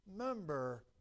remember